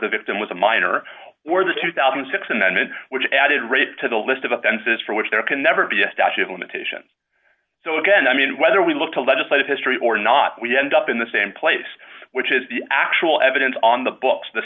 the victim was a minor where the two thousand and six and then it was added rape to the list of offenses for which there can never be a statute of limitation so again i mean whether we look to legislative history or not we end up in the same place which is the actual evidence on the books the